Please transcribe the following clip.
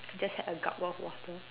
just had a gulp of water